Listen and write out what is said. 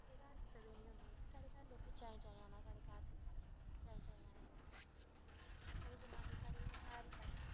पक्के घर कुसै दे निं होंदे साढ़े घर लोकें चाएं चाएं आना साढ़े घर दिक्खने गी चाएं चाएं आना ते उस जमानै साढ़े घर सारें कोला पैह्लें